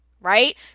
right